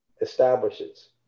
establishes